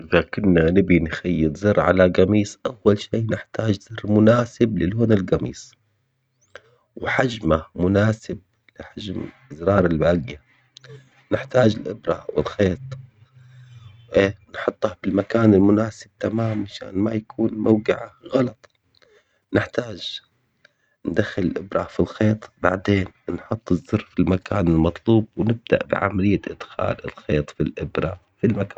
ذا كنا نبي نخيط زر على قميص أول شي نحتاج زر مناسب للون القميص وحجمه مناسب لحجم الأزرار الباقية، نحتاج لإبرة والخيط، نحطه في المكان المناسب علشان ما يكون موقعه غلط، نحتاج ندخل الغبرة في الخيط بعدين نحط الزر في المكان المطلوب ونبدأ بعملية ادخال الخيط في الإبرة في المكان.